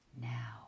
now